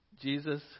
Jesus